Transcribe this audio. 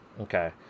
Okay